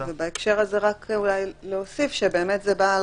ובהקשר הזה רק אולי להוסיף שבאמת זה בא על